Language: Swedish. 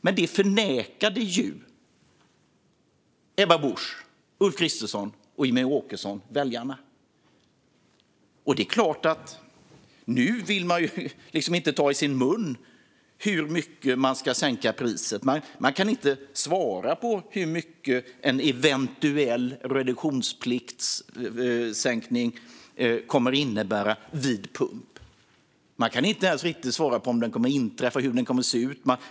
Men det nekade Ebba Busch, Ulf Kristersson och Jimmie Åkesson väljarna. Nu vill man såklart inte ta i sin mun hur mycket man ska sänka priset. Man kan inte svara på hur mycket en eventuell sänkning av reduktionsplikten kommer att innebära vid pump. Man kan inte ens riktigt svara på om den kommer att inträffa och hur den kommer att se ut.